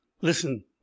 Listen